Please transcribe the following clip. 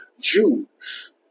Jews